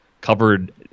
covered